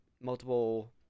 multiple